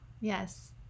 yes